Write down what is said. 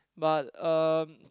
but um